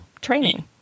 training